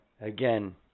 again